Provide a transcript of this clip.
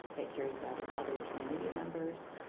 that cares about its other community members.